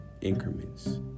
increments